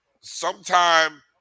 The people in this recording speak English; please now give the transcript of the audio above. sometime